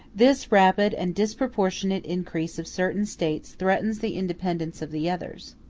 this rapid and disproportionate increase of certain states threatens the independence of the others.